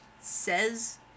Says